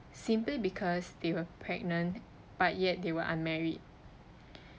simply because they were pregnant but yet they were unmarried